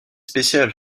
spéciales